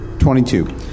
Twenty-two